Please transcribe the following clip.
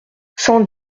cent